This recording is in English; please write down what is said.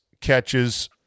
catches